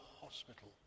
hospital